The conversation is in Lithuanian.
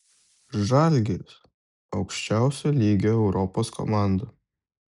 žalgiris aukščiausio lygio europos komanda